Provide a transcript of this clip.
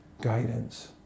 guidance